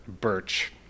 Birch